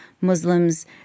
Muslims